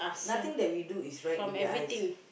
nothing that we do is right in their eyes